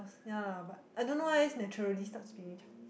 ya lah but I don't know eh it's naturally start speaking Chinese